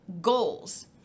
goals